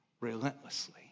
relentlessly